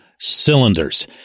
cylinders